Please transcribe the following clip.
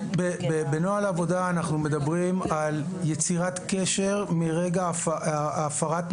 בנוהל עבודה אנחנו מדברים על יצירת קשר מרגע הפרת מרגע